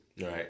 Right